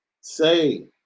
say